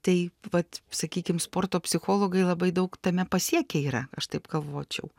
tai vat sakykim sporto psichologai labai daug tame pasiekę yra aš taip galvočiau